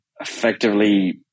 effectively